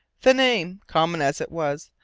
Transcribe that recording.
the name, common as it was,